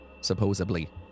Supposedly